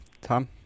Tom